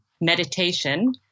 meditation